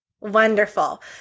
Wonderful